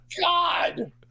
God